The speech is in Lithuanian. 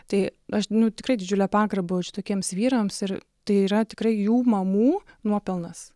tai aš nu tikrai didžiulę pagarbą jaučiu tokiems vyrams ir tai yra tikrai jų mamų nuopelnas